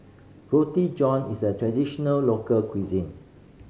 Roti John is a traditional local cuisine